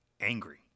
angry